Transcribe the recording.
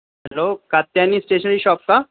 hello Katyayani stationery shop का